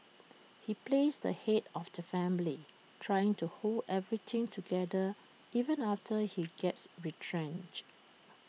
he plays the Head of the family trying to hold everything together even after he gets retrenched